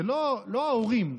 לא ההורים.